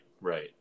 right